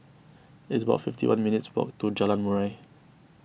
it's about fifty one minutes' walk to Jalan Murai